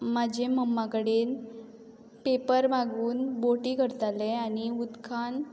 म्हजे मम्मा कडेन पेपर मागून बोटी करतालें आनी उदकान